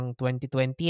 2020